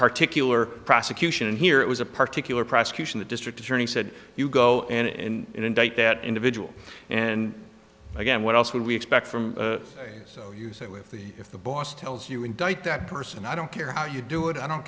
particularly prosecution and here it was a particularly prosecution the district attorney said you go and indict that individual and again what else would we expect from so you say with if the boss tells you indict that person i don't care how you do it i don't